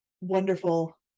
wonderful